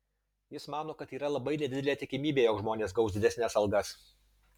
jis mano kad yra labai nedidelė tikimybė jog žmonės gaus didesnes algas